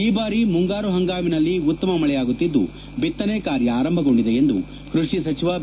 ಈ ಬಾರಿ ಮುಂಗಾರು ಹಂಗಾಮಿನಲ್ಲಿ ಉತ್ತಮ ಮಳೆಯಾಗುತ್ತಿದ್ದು ಬಿತ್ತನೆ ಕಾರ್ಯ ಆರಂಭಗೊಂಡಿದೆ ಎಂದು ಕೃಷಿ ಸಚಿವ ಬಿ